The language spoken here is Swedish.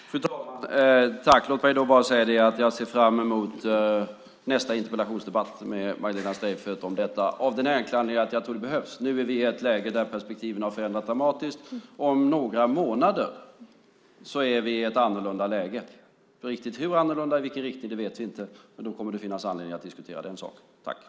Fru talman! Tack! Låt mig bara säga att jag ser fram emot nästa interpellationsdebatt med Magdalena Streijffert om detta av den enkla anledningen att jag tror att den behövs. Nu är vi ett läge där perspektiven har förändrats dramatiskt. Om några månader är vi i ett annorlunda läge. Riktigt hur annorlunda och i vilken riktning vet vi inte, men då kommer det att finnas anledning att diskutera den här saken.